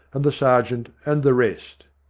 and the sergeant, and the rest.